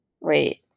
Wait